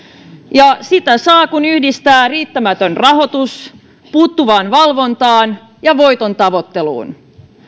ja sitä saa kun yhdistää riittämättömän rahoituksen puuttuvaan valvontaan ja voitontavoitteluun